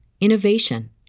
innovation